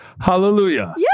Hallelujah